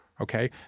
okay